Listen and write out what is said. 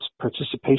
participation